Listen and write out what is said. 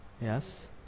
Yes